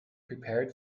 prepared